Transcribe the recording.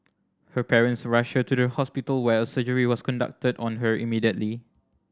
her parents rushed her to a hospital where a surgery was conducted on her immediately